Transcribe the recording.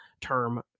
term